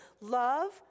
Love